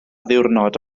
ddiwrnod